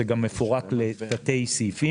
זה גם מפורט לתתי-סעיפים,